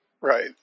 right